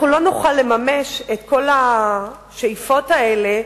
אנחנו לא נוכל לממש את כל השאיפות האלה,